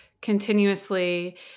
continuously